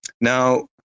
now